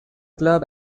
club